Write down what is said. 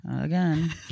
again